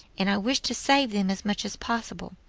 and i wish to save them as much as possible.